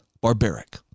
barbaric